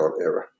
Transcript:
era